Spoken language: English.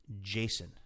Jason